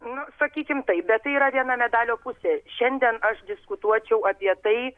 na sakykime taip bet tai yra viena medalio pusė šiandien aš diskutuočiau apie tai